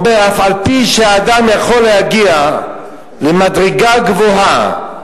הוא אומר: אף-על-פי שאדם יכול להגיע למדרגה גבוהה,